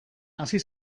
hasi